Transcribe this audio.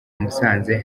musanze